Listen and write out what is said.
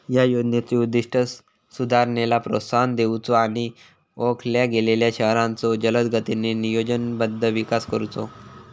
या योजनेचो उद्दिष्ट सुधारणेला प्रोत्साहन देऊचो आणि ओळखल्या गेलेल्यो शहरांचो जलदगतीने नियोजनबद्ध विकास करुचो